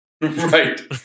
Right